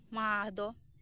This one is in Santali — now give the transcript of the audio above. ᱢᱟᱦᱟ ᱫᱚ